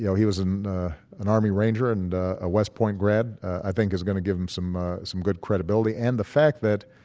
yeah he was an an army ranger and a west point grad, i think, is going to give him some ah some good credibility. and the fact that